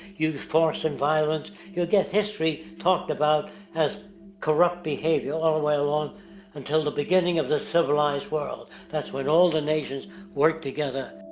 used force and violence. you'll get history talked about as corrupt behavior all the way along until the beginning of the civilized world. that's when all the nations work together.